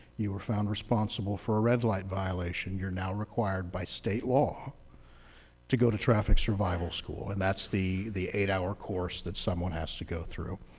you were found responsible for a red light violation, you're not required by state law to go to traffic survival school. and that's the the eight hour course that someone has to go through.